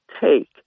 take